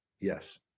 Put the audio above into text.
Yes